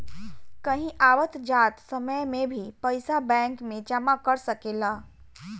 कहीं आवत जात समय में भी पइसा बैंक में जमा कर सकेलऽ